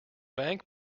bank